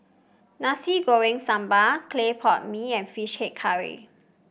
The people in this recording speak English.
Nasi Goreng Sambal Clay Pot Mee and fish head curry